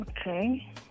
Okay